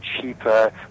cheaper